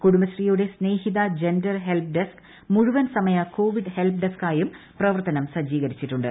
കുടുംബ ശ്രീയുടെ Snehitha gender help desk മുഴുവൻ സമയ കോവിഡ് ഹെൽപ് ഡെസ്ക്കായും പ്രവർത്തനം സജ്ജീകരിച്ചിട്ടുണ്ട്